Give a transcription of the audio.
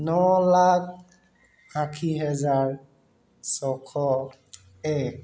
ন লাখ আশী হেজাৰ ছশ এক